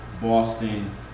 Boston